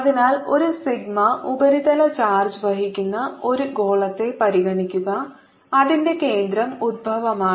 അതിനാൽ ഒരു സിഗ്മ ഉപരിതല ചാർജ് വഹിക്കുന്ന ഒരു ഗോളത്തെ പരിഗണിക്കുക അതിന്റെ കേന്ദ്രo ഉത്ഭവമാണ്